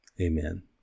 Amen